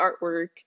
artwork